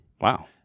Wow